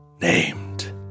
named